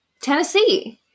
Tennessee